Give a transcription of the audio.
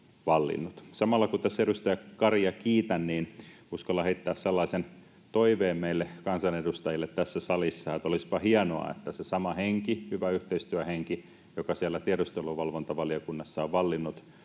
Samalla, kun tässä edustaja Karia kiitän, uskallan heittää sellaisen toiveen meille kansanedustajille tässä salissa, että olisipa hienoa, että se sama henki, hyvä yhteistyöhenki, joka siellä tiedusteluvalvontavaliokunnassa on vallinnut,